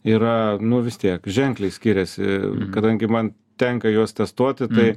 yra nu vis tiek ženkliai skiriasi kadangi man tenka juos testuoti tai